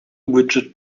widget